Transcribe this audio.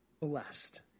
blessed